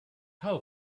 how